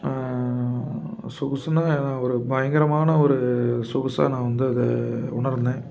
சொகுசுன்னா ஒரு பயங்கரமான ஒரு சொகுசாக நான் வந்து அதை உணர்ந்தேன்